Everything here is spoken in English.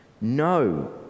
No